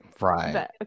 right